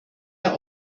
der